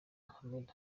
ahmed